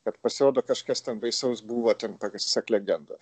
kad pasirodo kažkas baisaus buvo ten pasak legendos